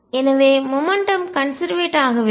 எனவே மொமெண்ட்டம் உந்தம் கன்செர்வேட் ஆகவில்லை